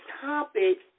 topic